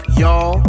y'all